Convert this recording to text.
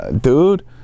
dude